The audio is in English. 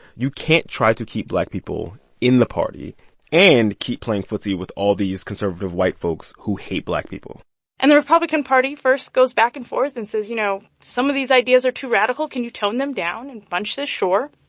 you can't try to keep black people in the party and keep playing footsie with all these conservative white folks who hate black people and the republican party, first, goes back-and-forth and says, you know, some of these ideas are too radical. can you tone them down? and bunche says sure,